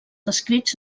descrits